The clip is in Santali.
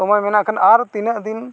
ᱥᱚᱢᱚᱭ ᱢᱮᱱᱟᱜ ᱠᱷᱟᱱ ᱟᱨ ᱛᱤᱱᱟᱹᱜ ᱫᱤᱱ